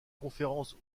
conférences